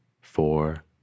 four